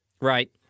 Right